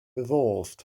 evolved